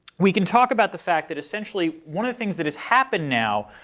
we can talk about the fact that essentially one of the things that has happened now,